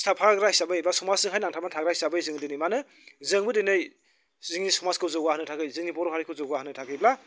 सिथाबफाग्रा हिसाबै बा समाजजोंहाय नांथाबना थाग्रा हिसाबै जों दिनै मानो जोंबो दिनै जोंनि समाजखौ जौगाहोनो थाखाय जोंनि बर' हारिखौ जौगाहोनो थाखायब्ला